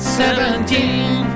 seventeen